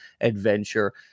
adventure